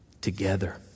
Together